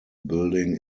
building